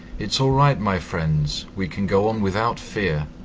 it's all right, my friends, we can go on without fear,